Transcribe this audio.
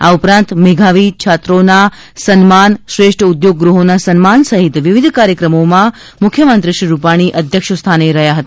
આ ઉપરાંત મેધાવી છાત્રોના સન્માન શ્રેષ્ઠ ઉદ્યોગ ગૃહોના સન્માન સહિત વિવિધ કાર્યક્રમોમાં મુખ્યમંત્રી શ્રી રૂપાણી અધ્યક્ષસ્થાને રહ્યા હતા